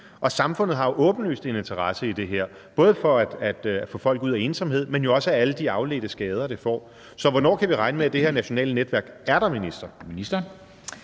Og samfundet har jo åbenlyst en interesse i det her, både for at få folk ud af ensomhed, men også for at undgå alle de afledte skader, den medfører. Så jeg vil spørge ministeren: Hvornår kan vi regne med, at det her nationale netværk er der?